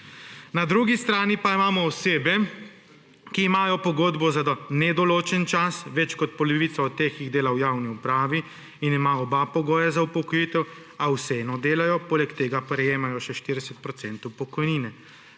Na drugi strani pa imamo osebe, ki imajo pogodbo za nedoločen čas, več kot polovica od teh jih dela v javni upravi in ima oba pogoja za upokojitev, a vseeno delajo, poleg tega prejemajo še 40 % pokojnine,